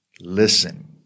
listen